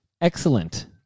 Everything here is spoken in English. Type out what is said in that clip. Excellent